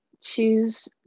choose